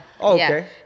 Okay